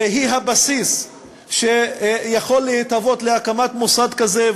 והיא הבסיס שיכול להתהוות להקמת מוסד כזה.